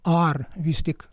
ar vis tik